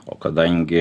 o kadangi